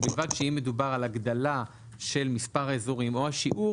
ובלבד שאם מדובר על הגדלה של מספר האזורים או השיעור